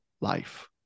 life